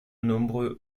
nombreux